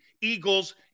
Eagles